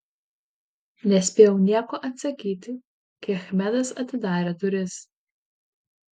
nespėjau nieko atsakyti kai achmedas atidarė duris